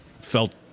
felt